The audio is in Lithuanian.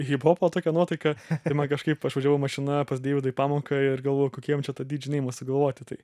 hiphopo tokią nuotaiką ir man kažkaip aš važiavau mašina pas deividą į pamoką ir galvojau kokį čia jam tą didžėj neimą sugalvoti tai